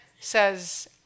says